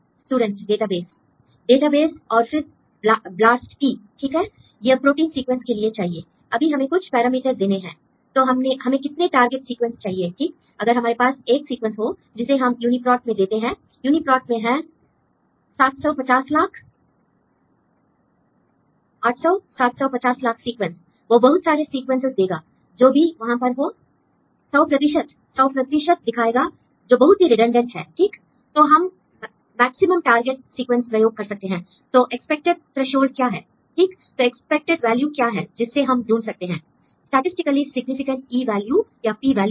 student database database और फिर blast P ठीक है यह प्रोटीन सीक्वेंस के लिए चाहिए अभी हमें कुछ पैरामीटर देना है l तो हमें कितने टारगेट सीक्वेंस चाहिए ठीक अगर हमारे पास एक सीक्वेंस हो जिसे हम यूनीप्रोट में देते हैं l यूनीप्रोट में है 750 लाख 800 750 लाख सीक्वेंस वह बहुत सारे सीक्वेंस देगा जो भी वहां पर हो 100 100 दिखाएगा जो बहुत ही रिडंडेंट है ठीक l तो हम मैक्सिमम टारगेट सीक्वेंस प्रयोग कर सकते हैं तो एक्सपेक्टेड थ्रेशोल्ड क्या है ठीक तो एक्सपेक्टेड वैल्यू क्या है जिससे हम ढूंढ सकते हैं स्टैटिसटिकली सिग्निफिकेंट E वैल्यू या P वैल्यू